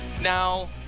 now